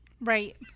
Right